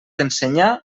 ensenyar